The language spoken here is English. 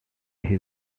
his